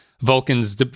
Vulcans